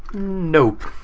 nope.